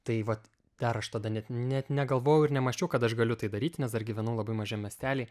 tai vat dar aš tada net net negalvojau ir nemąsčiau kad aš galiu tai daryti nes dar gyvenau labai mažam miestely